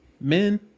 Men